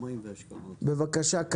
בבקשה,